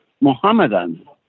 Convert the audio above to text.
Muhammadan